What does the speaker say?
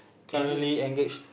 currently engaged